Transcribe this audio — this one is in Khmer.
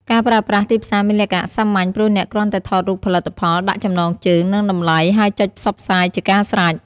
ការប្រើប្រាស់ ទីផ្សារ មានលក្ខណៈសាមញ្ញ ព្រោះអ្នកគ្រាន់តែថតរូបផលិតផល ដាក់ចំណងជើង និងតម្លៃ ហើយចុចផ្សព្វផ្សាយជាការស្រេច។